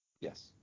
Yes